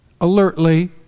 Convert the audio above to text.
alertly